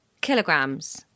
Kilograms